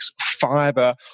fiber